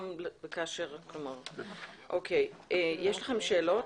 יש לכם שאלות?